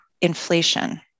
inflation